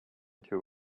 two